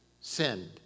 sinned